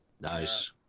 Nice